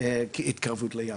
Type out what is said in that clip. התקרבות לים.